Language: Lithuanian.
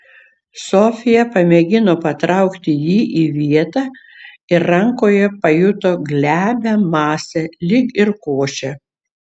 sofija pamėgino patraukti jį į vietą ir rankoje pajuto glebią masę lyg ir košę